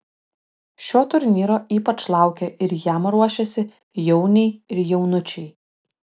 šio turnyro ypač laukia ir jam ruošiasi jauniai ir jaunučiai